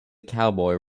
cowboy